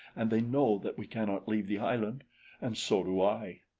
and they know that we cannot leave the island and so do i.